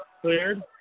Cleared